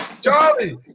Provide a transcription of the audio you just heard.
Charlie